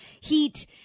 heat